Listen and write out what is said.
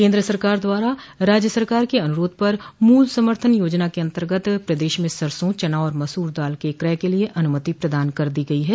केन्द्र सरकार द्वारा राज्य सरकार के अनुरोध पर मूल समर्थन योजना के अन्तर्गत प्रदेश में सरसों चना और मसूर दाल के क्रय के लिये अनुमति प्रदान कर दी गई है